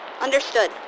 Understood